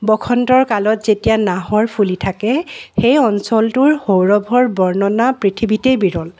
বসন্তৰ কালত যেতিয়া নাহৰ ফুলি থাকে সেই অঞ্চলটোৰ সৌৰভৰ বৰ্ণনা পৃথিৱীতে বিৰল